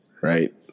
right